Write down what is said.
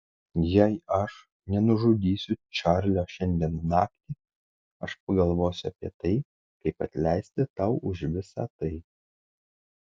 jei aš nenužudysiu čarlio šiandien naktį aš pagalvosiu apie tai kaip atleisti tau už visą tai